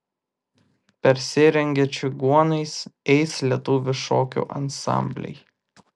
persirengę čigonais eis lietuvių šokių ansambliai